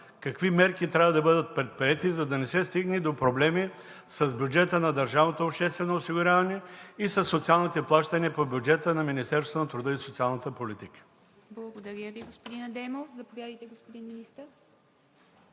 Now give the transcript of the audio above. какви мерки трябва да бъдат предприети, за да не се стигне до проблеми с бюджета на държавното обществено осигуряване и със социалните плащания по бюджета на Министерство на труда и социалната политика? ПРЕДСЕДАТЕЛ ИВА МИТЕВА: Благодаря Ви, господин Адемов. Заповядайте, господин Министър.